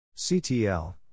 CTL